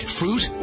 fruit